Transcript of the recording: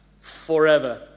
forever